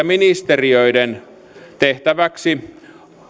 ministeriöiden tehtäväksi